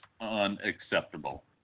unacceptable